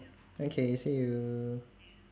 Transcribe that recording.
okay see you